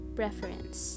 preference